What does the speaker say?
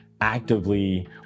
actively